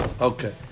Okay